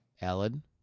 Alan